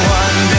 one